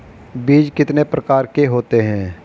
बीज कितने प्रकार के होते हैं?